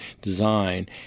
design